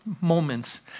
moments